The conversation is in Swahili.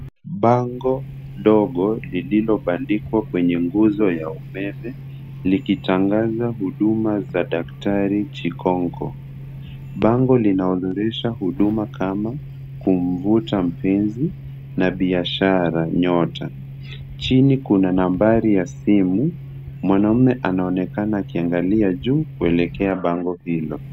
Bamgo ndogo liliobandikwa kwenye guzo ya umeme likitangaza huduma za daktari Chikongo. Bango linaorodhesha huduma kama kumvuta mpenzi na biashara nyota. Chini kuna nambari ya simu. Mwanaume anaonekana akiangalia juu kwenye bango hilo.